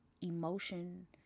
emotion